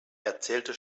erzählte